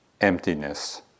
Emptiness